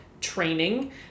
training